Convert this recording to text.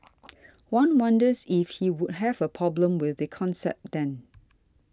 one wonders if he would have a problem with the concept then